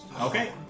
Okay